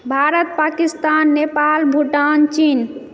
भारत पाकिस्तान नेपाल भूटान चीन